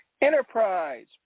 Enterprise